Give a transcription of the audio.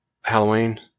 Halloween